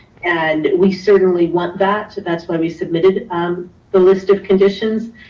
and we certainly want that. so that's why we submitted um the list of conditions.